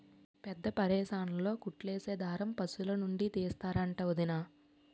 పెద్దాపరేసన్లో కుట్లేసే దారం పశులనుండి తీస్తరంట వొదినా